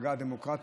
המפלגה הדמוקרטית,